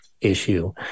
issue